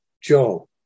Joe